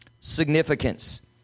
significance